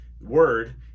word